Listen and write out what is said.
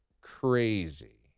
crazy